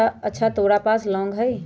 अच्छा तोरा पास लौंग हई?